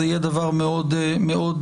זה יהיה דבר מאוד מעניין.